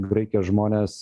graikijos žmones